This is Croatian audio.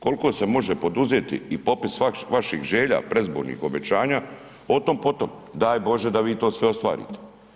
Kolko se može poduzeti i popis vaših želja predizbornih obećanja o tom po tom, daj Bože da vi to sve ostvarite.